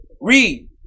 Read